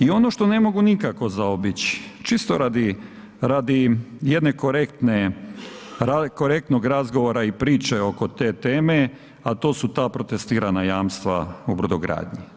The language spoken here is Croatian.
I ono što ne mogu nikako zaobići, čisto radi jednog korektnog razgovora i priče oko te teme a to su ta protestirana jamstva u brodogradnji.